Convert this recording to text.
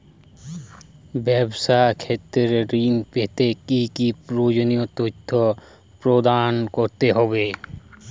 ব্যাবসা ক্ষেত্রে ঋণ পেতে কি কি প্রয়োজনীয় তথ্য প্রদান করতে হবে?